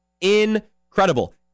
incredible